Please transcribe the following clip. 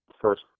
first